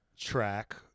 track